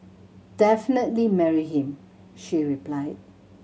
definitely marry him she replied